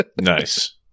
Nice